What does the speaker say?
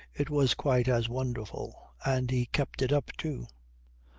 it was quite as wonderful. and he kept it up, too.